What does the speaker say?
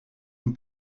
een